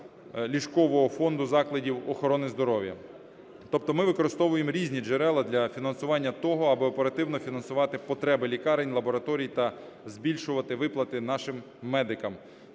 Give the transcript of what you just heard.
ліжкового фонду закладів охорони здоров'я. Тобто ми використовуємо різні джерела для фінансування того, аби оперативно фінансувати потреби лікарень, лабораторій та збільшувати виплати нашим медикам.